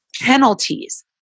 penalties